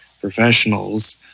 professionals